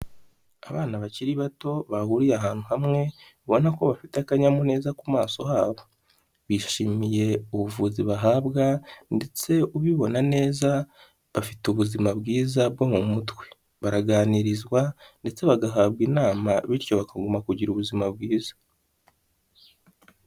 Abana bakiri bato bahuriye ahantu hamwe ubona ko bafite akanyamuneza ku maso habo bishimiye ubuvuzi bahabwa ndetse ubibona neza bafite ubuzima bwiza bwo mu mutwe baraganirizwa ndetse bagahabwa inama bityo bakaguma kugira ubuzima bwiza.